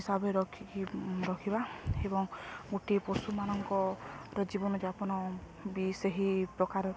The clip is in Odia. ହିସାବରେ ରଖିକି ରଖିବା ଏବଂ ଗୋଟିଏ ପଶୁମାନଙ୍କର ଜୀବନଯାପନ ବି ସେହି ପ୍ରକାର